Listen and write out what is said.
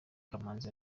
kamanzi